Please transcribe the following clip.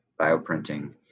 bioprinting